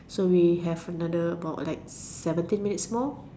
so we have another like seventeen minutes more